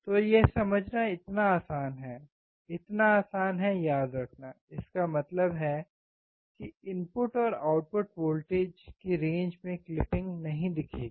तो यह समझना इतना आसान है इतना आसान है याद रखना इसका मतलब है कि इनपुट और आउटपुट वोल्टेज की रेंज में क्लिपिंग नहीं दिखेगी